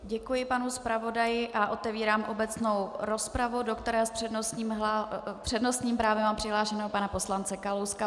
Děkuji panu zpravodaji a otevírám obecnou rozpravu, do které s přednostním právem mám přihlášeného pana poslance Kalouska.